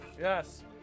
yes